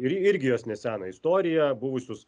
ir irgi jos neseną istoriją buvusius